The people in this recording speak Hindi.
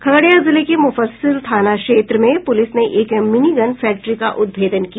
खगड़िया जिले के मुफस्सिल थाना क्षेत्र में पुलिस ने एक मिनी गन फैक्ट्री का उद्भेदन किया